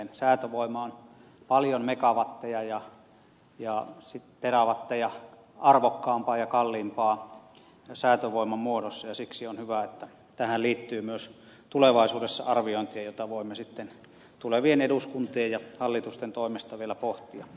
säätövoima on paljon megawatteja ja terawatteja arvokkaampaa ja kalliimpaa säätövoiman muodossa ja siksi on hyvä että tähän liittyy myös tulevaisuudessa arviointeja joita voimme sitten tulevien eduskuntien ja hallitusten toimesta vielä pohtia